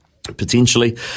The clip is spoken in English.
potentially